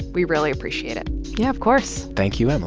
we really appreciate it yeah, of course thank you, emily